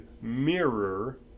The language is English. mirror